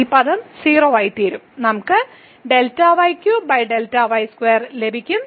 ഈ പദം 0 ആയിത്തീരും നമുക്ക് ലഭിക്കും